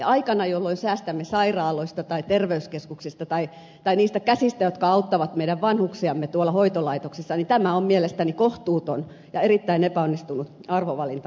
aikana jolloin säästämme sairaaloista tai terveyskeskuksista tai niistä käsistä jotka auttavat meidän vanhuksiamme tuolla hoitolaitoksissa tämä on mielestäni kohtuuton ja erittäin epäonnistunut arvovalinta hallitukselta